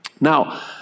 Now